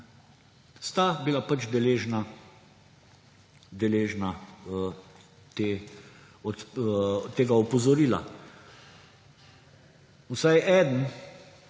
sta bila pač deležna tega opozorila. Vsaj eden,